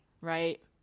Right